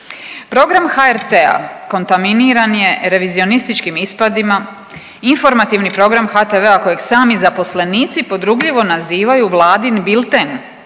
Program HRT-a kontaminiran je revizionističkim ispadima. Informativni program HTV-a kojeg sami zaposlenici podrugljivo nazivaju vladin Vilten